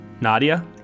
Nadia